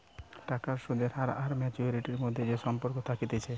টাকার সুদের হার আর ম্যাচুয়ারিটির মধ্যে যে সম্পর্ক থাকতিছে